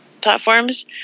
platforms